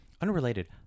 unrelated